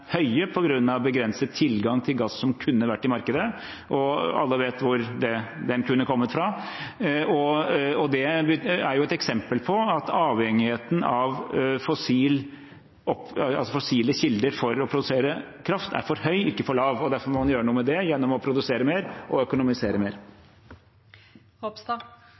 høye på grunn av begrenset tilgang til gass som kunne vært i markedet. Alle vet hvor den kunne kommet fra. Det er et eksempel på at avhengigheten av fossile kilder for å produsere kraft er for høy, ikke for lav, og derfor må man gjøre noe med det gjennom å produsere mer og økonomisere